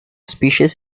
species